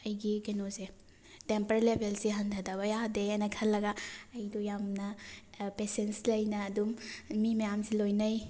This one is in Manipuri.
ꯑꯩꯒꯤ ꯀꯩꯅꯣꯁꯦ ꯇꯦꯝꯄꯔ ꯂꯦꯚꯦꯜꯁꯦ ꯍꯟꯊꯗꯕ ꯌꯥꯗꯦꯅ ꯈꯜꯂꯒ ꯑꯩꯗꯣ ꯌꯥꯝꯅ ꯄꯦꯁꯦꯟꯁ ꯂꯩꯅ ꯑꯗꯨꯝ ꯃꯤ ꯃꯌꯥꯝꯁꯦ ꯂꯣꯏꯅꯩ